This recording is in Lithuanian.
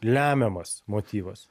lemiamas motyvas